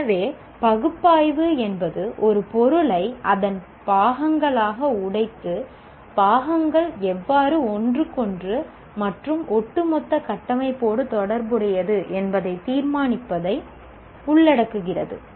எனவே பகுப்பாய்வு என்பது ஒரு பொருளை அதன் பாகங்களாக உடைத்து பாகங்கள் எவ்வாறு ஒன்றுக்கொன்று மற்றும் ஒட்டுமொத்த கட்டமைப்போடு தொடர்புடையது என்பதை தீர்மானிப்பதை உள்ளடக்குகிறது